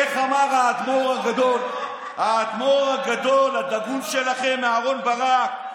איך אמר האדמו"ר הגדול, הדגול שלכם, אהרן ברק?